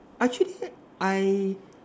actually I